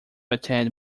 attend